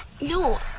No